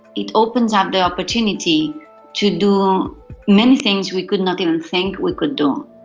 it opens up the opportunity to do many things we could not even think we could do,